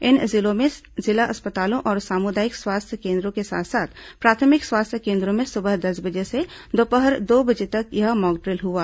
इन जिलों में जिला अस्पतालों और सामुदायिक स्वास्थ्य केन्द्रों के साथ साथ प्राथमिक स्वास्थ्य केन्द्रों में सुबह दस बजे से दोपहर दो बजे तक यह मॉकड्रिल हुआ